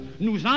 Nous